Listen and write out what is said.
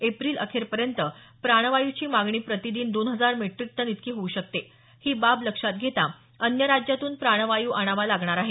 April अखेरपर्यंत प्राणवायूची मागणी प्रतिदिन दोन हजार मेट्रिक टन इतकी होऊ शकते ही बाब लक्षात घेता अन्य राज्यातून प्राण वायू आणावा लागणार आहे